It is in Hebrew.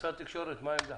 משרד התקשורת, מה העמדה?